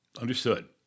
Understood